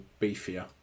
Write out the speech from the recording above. beefier